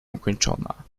nieukończona